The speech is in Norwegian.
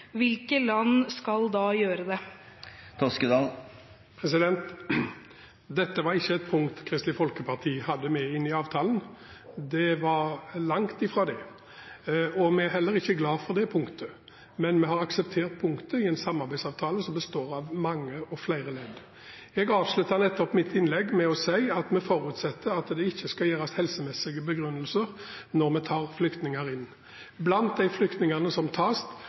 hvilke land skal da gjøre det? Dette var ikke et punkt Kristelig Folkeparti hadde med inn i avtalen – det var det langt fra – og vi er heller ikke glade for det punktet. Men vi har akseptert punktet i en samarbeidsavtale som består av flere ledd. Jeg avsluttet nettopp mitt innlegg med å si at vi forutsetter at det ikke skal gis helsemessige begrunnelser når vi tar flyktninger inn. Blant de flyktningene som tas